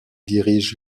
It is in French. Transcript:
dirige